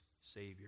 Savior